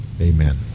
amen